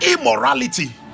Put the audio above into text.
immorality